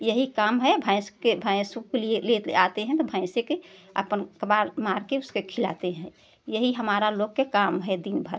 यही काम है भैंस के भैंसों के लिए ले आते हैं तो भैंसे के अपन कबार मार कर उसके खिलाते हैं यही हमारा लोग के काम है दिन भर